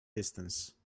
distance